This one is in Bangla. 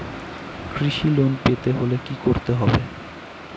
কৃষি লোন পেতে হলে কি করতে হবে?